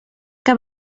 que